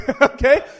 Okay